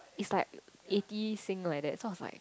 it's like eighty sing like that so I was like